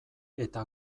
eta